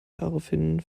daraufhin